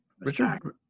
Richard